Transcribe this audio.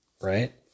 right